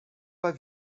pas